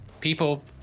People